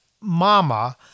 Mama